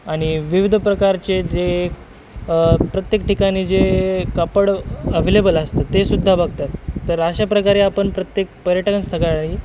आणि विविध प्रकारचे जे प्रत्येक ठिकाणी जे कापड अव्हेलेबल असतं तेसुद्धा बघतात तर अशा प्रकारे आपण प्रत्येक पर्यटन स्थकाळी